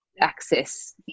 access